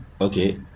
okay